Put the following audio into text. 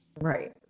Right